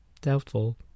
Doubtful